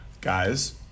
guys